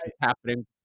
happening